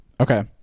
Okay